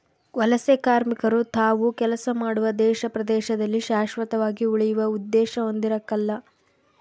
ವಲಸೆಕಾರ್ಮಿಕರು ತಾವು ಕೆಲಸ ಮಾಡುವ ದೇಶ ಪ್ರದೇಶದಲ್ಲಿ ಶಾಶ್ವತವಾಗಿ ಉಳಿಯುವ ಉದ್ದೇಶ ಹೊಂದಿರಕಲ್ಲ